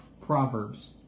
Proverbs